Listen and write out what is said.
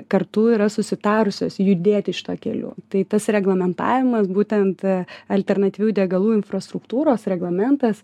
kartu yra susitarusios judėti šituo keliu tai tas reglamentavimas būtent alternatyvių degalų infrastruktūros reglamentas